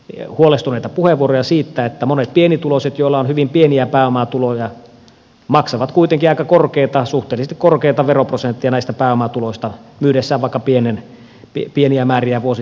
eu huolestuneita puheenvuoroja vuokratuloista sillä monet pienituloiset joilla on hyvin pieniä pääomatuloja maksavat kuitenkin suhteellisesti aika korkeaa veroprosenttia näistä pääomatuloista myydessään vaikka pieniä määriä vuosittain metsää